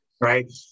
right